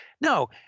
No